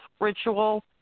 ritual